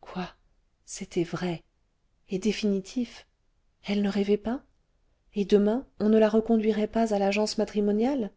quoi c'était vrai et définitif elle ne rêvait pas et demain on ne la reconduirait pas àl'agence matrimoniale